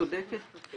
צודקת.